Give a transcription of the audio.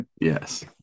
Yes